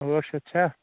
ٲٹھ شَتھ چھےٚ